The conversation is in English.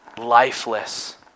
lifeless